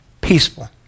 Peaceful